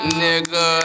nigga